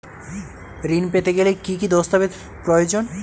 ঋণ পেতে গেলে কি কি দস্তাবেজ প্রয়োজন?